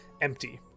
Empty